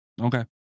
Okay